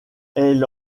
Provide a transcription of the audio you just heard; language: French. elle